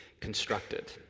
constructed